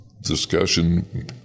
discussion